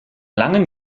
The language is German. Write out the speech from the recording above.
langen